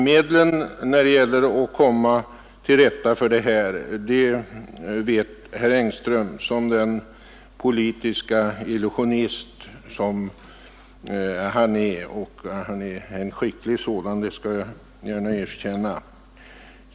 Men när det gäller att komma till rätta med detta så vet herr Engström vilka medel som skall användas — som den skicklige politiske illusionist han är.